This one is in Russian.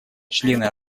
члены